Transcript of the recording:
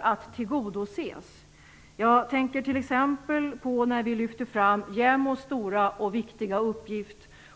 att tillgodoses. Jag tänker bl.a. på krav i samband med att vi lyfter fram JämO:s stora och viktiga uppgift.